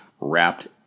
Wrapped